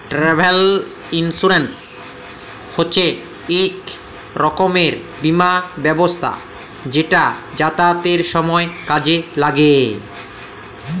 travel insurance হছে ইক রকমের বীমা ব্যবস্থা যেট যাতায়াতের সময় কাজে ল্যাগে